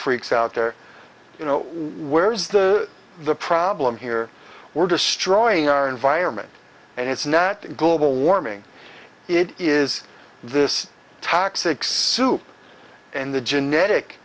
freaks out there you know where's the the problem here we're destroying our environment and it's not global warming it is this toxic soup and the genetic